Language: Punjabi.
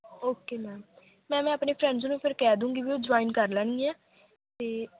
ਓਕੇ ਮੈਮ ਮੈਂਮ ਮੈਂ ਆਪਣੇ ਫਰੈਂਡਸ ਨੂੰ ਫਿਰ ਕਹਿ ਦੂੰਗੀ ਵੀ ਉਹ ਜੁਆਇਨ ਕਰ ਲੈਣਗੀਆਂ ਅਤੇ